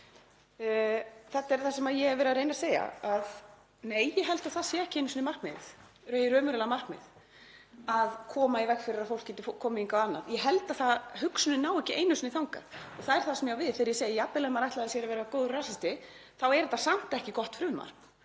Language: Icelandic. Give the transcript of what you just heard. Þetta er það sem ég hef verið að reyna að segja: Nei, ég held að það sé ekki einu sinni markmiðið, hið raunverulega markmið, að koma í veg fyrir að fólk geti komið hingað og annað. Ég held að hugsunin nái ekki einu sinni þangað. Það er það sem ég á við þegar ég segi að jafnvel þó að maður ætlaði sér að vera góður rasisti þá væri þetta samt ekki gott frumvarp.